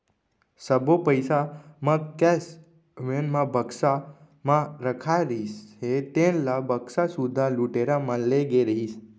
सब्बो पइसा म कैस वेन म बक्सा म रखाए रहिस हे तेन ल बक्सा सुद्धा लुटेरा मन ले गे रहिस